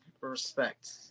respect